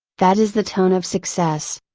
that is the tone of success.